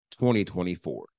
2024